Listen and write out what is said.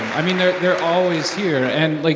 i mean, they're they're always here. and, like,